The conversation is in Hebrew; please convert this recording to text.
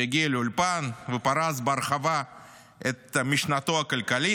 שהגיע לאולפן ופרס בהרחבה את משנתו הכלכלית.